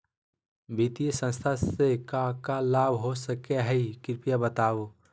वित्तीय संस्था से का का लाभ हो सके हई कृपया बताहू?